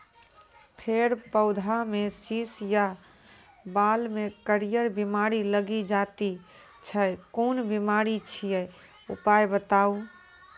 फेर पौधामें शीश या बाल मे करियर बिमारी लागि जाति छै कून बिमारी छियै, उपाय बताऊ?